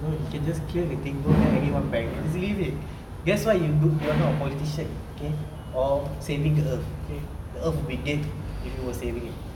no you can just clear the thing don't let anyone bang and just leave it that's why you're do~ not a politician okay or saving the earth the earth would be dead if you are saving it